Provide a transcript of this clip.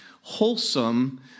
wholesome